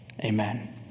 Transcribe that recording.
Amen